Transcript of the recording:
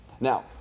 Now